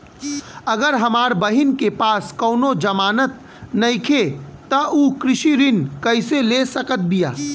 अगर हमार बहिन के पास कउनों जमानत नइखें त उ कृषि ऋण कइसे ले सकत बिया?